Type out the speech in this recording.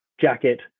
jacket